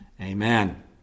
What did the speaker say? Amen